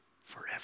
forever